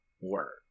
word